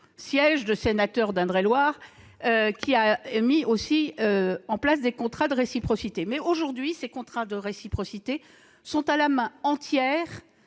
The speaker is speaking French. Louault, sénateur d'Indre-et-Loire. Lui aussi a mis en place des contrats de réciprocité. Aujourd'hui, ces contrats de réciprocité sont à la main entière